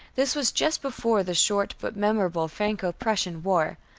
this was just before the short but memorable franco-prussian war,